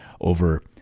over